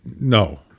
No